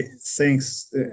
Thanks